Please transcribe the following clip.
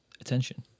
attention